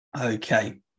Okay